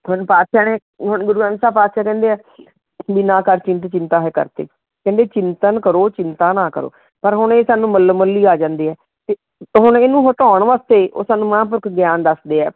ਸਾਨੂੰ ਪਾਤਸ਼ਾਹ ਨੇ ਗੁਰੂ ਅੰਗਦ ਸਾਹਿਬ ਪਾਤਸ਼ਾਹ ਕਹਿੰਦੇ ਹੈ ਵੀ ਨਾ ਕਰ ਚਿੰਤ ਚਿੰਤਾ ਹੈ ਕਰਤੇ ਕਹਿੰਦੇ ਚਿੰਤਨ ਕਰੋ ਚਿੰਤਾ ਨਾ ਕਰੋ ਪਰ ਹੁਣ ਇਹ ਸਾਨੂੰ ਮੱਲੋ ਮੱਲੀ ਆ ਜਾਂਦੀ ਹੈ ਅਤੇ ਹੁਣ ਇਹਨੂੰ ਹਟਾਉਣ ਵਾਸਤੇ ਉਹ ਸਾਨੂੰ ਮਹਾਂਪੁਰਖ ਗਿਆਨ ਦੱਸਦੇ ਹੈ